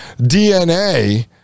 DNA